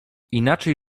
inaczej